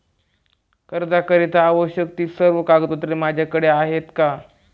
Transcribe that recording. कर्जाकरीता आवश्यक ति सर्व कागदपत्रे माझ्याकडे आहेत का?